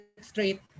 straight